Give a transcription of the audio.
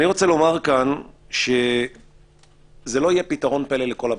אני רוצה לומר כאן שזה לא יהיה פתרון פלא לכל הבעיות,